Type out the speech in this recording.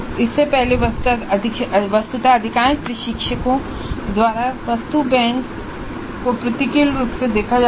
इससे पहले वस्तुत अधिकांश प्रशिक्षकों द्वारा वस्तु बैंकों को प्रतिकूल रूप से देखा जाता था